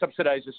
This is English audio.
subsidizes